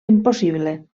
impossible